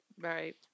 Right